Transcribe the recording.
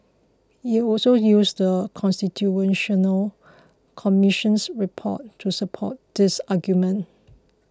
he also used The Constitutional Commission's report to support this argument